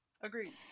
agreed